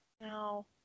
No